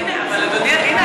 הנה,